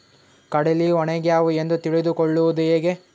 ಕಡಲಿ ಒಣಗ್ಯಾವು ಎಂದು ತಿಳಿದು ಕೊಳ್ಳೋದು ಹೇಗೆ?